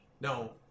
No